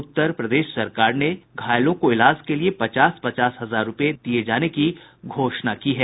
उत्तर प्रदेश सरकार ने भी घायलों को इलाज के लिये पचास पचास हजार रूपये दिये जाने की घोषणा की है